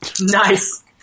Nice